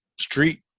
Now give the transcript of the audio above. street